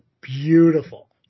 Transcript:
beautiful